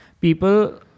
people